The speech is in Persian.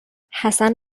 حسن